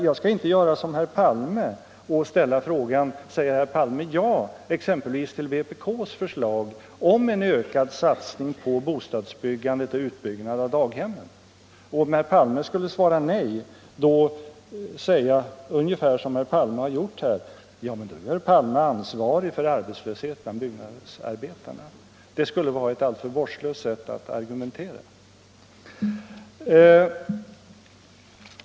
Jag skall inte göra som statsministern och fråga om herr Palme säger ja till vpk:s förslag om en ökad satsning på bostadsbyggandet och en utbyggnad av daghemmen och sedan —- om herr Palme skulle svara nej — påstå ungefär som statsministern gjort här att i så fall är herr Palme ansvarig för arbetslösheten bland byggarbetarna. Det skulle vara ett alltför vårdslöst sätt att argumentera.